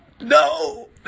No